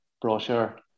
Brochure